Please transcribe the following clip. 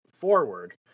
forward